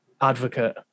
advocate